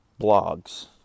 blogs